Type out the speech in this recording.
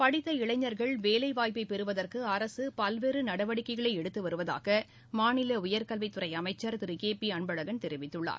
படித்த இளைஞர்கள் வேலை வாய்ப்பை பெறுவதற்கு அரசு பல்வேறு நடவடிக்கைகளை எடுத்து வருவதாக மாநில உயர்கல்வித் துறை அமைச்சர் திரு கே பி அன்பழகன் தெரிவித்துள்ளார்